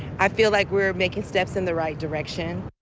i feel like we're making steps in the right direction.